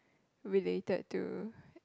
related to